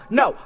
no